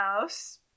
house